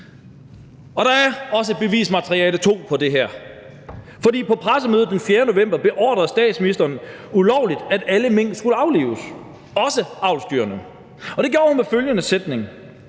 Og der er også bevismateriale på det her, for på pressemødet den 4. november beordrede statsministeren ulovligt, at alle mink skulle aflives, også avlsdyrene, og det gjorde hun med følgende sætning: